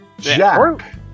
Jack